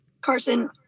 Carson